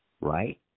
right